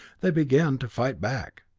they began to fight back.